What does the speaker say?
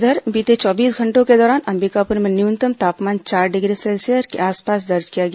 इधर बीते चौबीस घंटों के दौरान अंबिकापूर में न्यूनतम तापमान चार डिग्री सेल्सियस के आसपास दर्ज किया गया